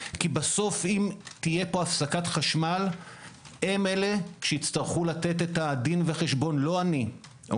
אם כי תהיה פה הפסקת חשמל הם אלה שיצטרכו לתת את הדין וחשבון לא אני,